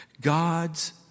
God's